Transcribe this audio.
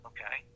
Okay